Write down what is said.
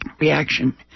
reaction